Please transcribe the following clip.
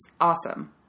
awesome